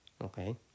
Okay